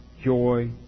joy